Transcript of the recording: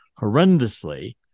horrendously